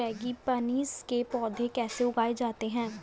Frangipanis के पौधे कैसे उगाए जाते हैं?